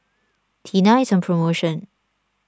Tena is on promotion